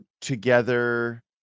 together